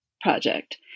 Project